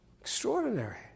Extraordinary